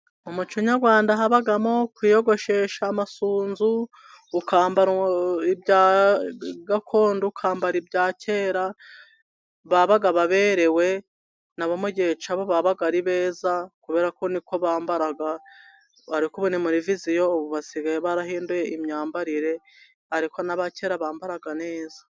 Mu muco Nyarwanda habagamo kwiyogoshesha amasunzu, ukambara ibya gakondo, ukambara ibya kera babaga baberewe, nabo mu gihe cyabo babaga ari beza kubera ko niko bambaraga, ariko ubu ni muri viziyo, ubu basigaye barahinduye imyambarire ariko n'abakera bambaraga neza.